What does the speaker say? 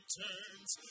turns